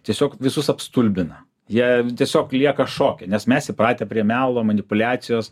tiesiog visus apstulbina jie tiesiog lieka šoke nes mes įpratę prie melo manipuliacijos